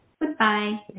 Goodbye